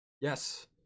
Yes